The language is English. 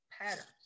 patterns